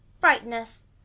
brightness